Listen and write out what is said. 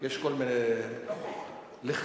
יש כל מיני לחשושים.